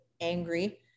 angry